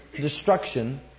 destruction